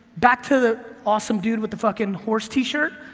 back to the awesome dude with the fucking horse t-shirt,